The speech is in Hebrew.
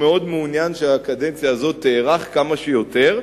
מאוד מעוניין שהקדנציה הזאת תארך כמה שיותר.